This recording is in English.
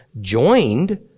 joined